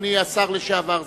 אדוני השר לשעבר,